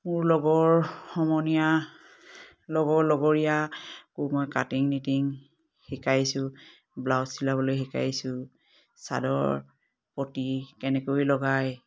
মোৰ লগৰ সমনীয়া লগৰ লগৰীয়াকো মই কাটিং নিটিং শিকাইছোঁ ব্লাউজ চিলাবলৈ শিকাইছোঁ চাদৰ পতি কেনেকৈ লগাই